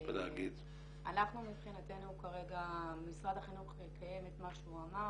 אנחנו מבחינתנו כרגע משרד החינוך מקיים את מה שהוא אמר,